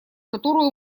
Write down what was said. которую